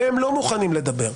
הנציגים שלכם לא מוכנים לדבר.